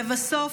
לבסוף,